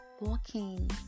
walking